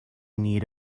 need